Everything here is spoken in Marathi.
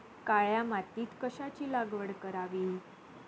काळ्या मातीत कशाची लागवड करावी?